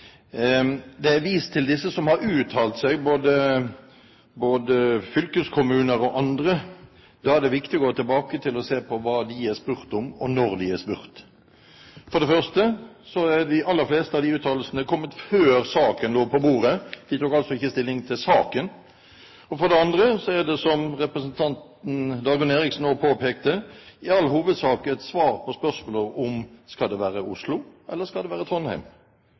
til disse som har uttalt seg – både fylkeskommuner og andre – og da er det viktig å gå tilbake og se på hva de er blitt spurt om, og når de er blitt spurt. For det første kom de aller fleste av de uttalelsene før saken lå på bordet. De tok altså ikke stilling til saken. Og for det andre er det, som representanten Dagrun Eriksen nå påpekte, i all hovedsak et svar på spørsmålet om det skal være i Oslo, eller om det skal være